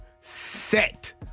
Set